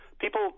People